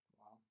Wow